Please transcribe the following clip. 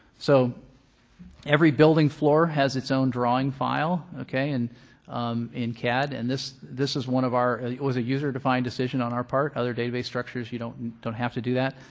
so every building floor has its own drawing file okay and in cad and this this is one of our it was a user-defined decision on our part. other database structures, you don't and don't have to do that.